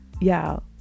Y'all